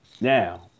Now